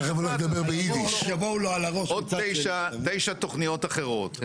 יבואו עוד תשע תוכניות אחרות,